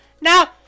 now